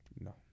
no